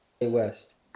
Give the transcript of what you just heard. West